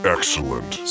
Excellent